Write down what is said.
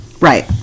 Right